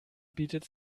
bietet